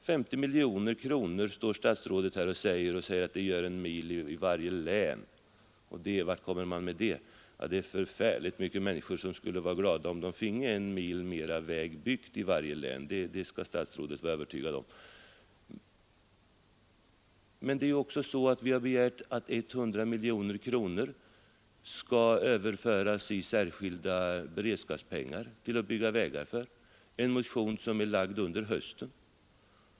50 miljoner kronor gör endast 1 mil ny väg i varje län, och vart kommer man med det, frågar statsrådet. Det finns förfärligt många människor som skulle vara glada om de finge en mil väg ytterligare i varje län det kan statsrådet vara övertygad om. Men vi har också begärt att 100 miljoner kronor av särskilda beredskapsmedel skall överföras till vägbyggen — det föreslås i en motion som väckts under hösten.